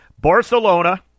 Barcelona